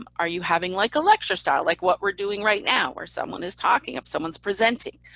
um are you having like a lecture style like what we're doing right now, where someone is talking, if someone's presenting.